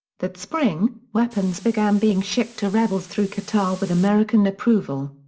that spring, weapons began being shipped to rebels through qatar with american approval.